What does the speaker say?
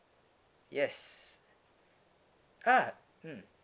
yes !huh! mm